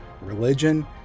religion